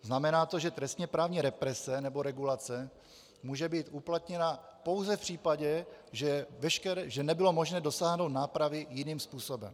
Znamená to, že trestněprávní represe nebo regulace může být uplatněna pouze v případě, že nebylo možné dosáhnout nápravy jiným způsobem.